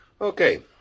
Okay